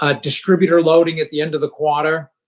ah distributor loading at the end of the quarter,